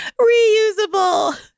reusable